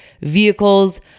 vehicles